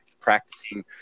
practicing